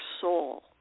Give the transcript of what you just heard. soul